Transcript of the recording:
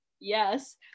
Yes